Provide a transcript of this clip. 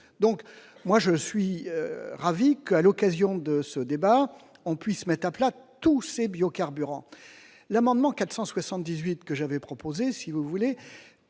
donc moi je suis ravi que, à l'occasion de ce débat, on puisse mettre à plat tous ces biocarburants l'amendement 478 que j'avais proposé, si vous voulez,